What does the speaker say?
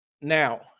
Now